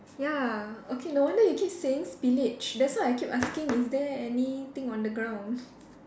ya okay no wonder you keep saying spillage that's why I keep asking is there anything on the ground